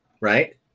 right